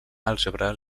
àlgebra